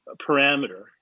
parameter